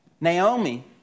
Naomi